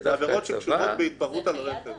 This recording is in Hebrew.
אלו עבירות שקשורות להתפרעות ברכב.